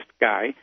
guy